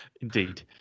Indeed